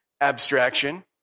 abstraction